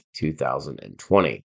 2020